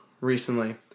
recently